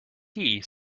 tea